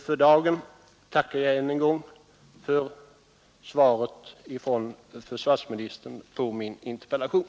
För dagen tackar jag än en gång försvarsministern för svaret på min interpellation.